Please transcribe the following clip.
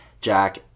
Jack